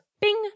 Bing